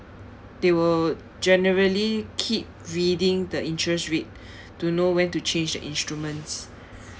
they will generally keep reading the interest rate don't know when to change the instruments